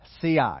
CI